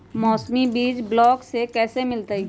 मौसमी बीज ब्लॉक से कैसे मिलताई?